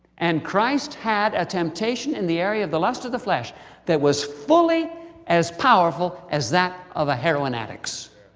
and christ had a temptation in the area of the lust of the flesh that was fully as powerful as that, of a heroin addict's.